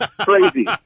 crazy